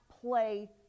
play